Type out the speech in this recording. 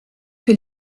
que